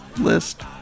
list